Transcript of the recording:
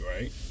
right